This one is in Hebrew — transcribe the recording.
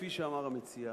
כפי שאמר המציע,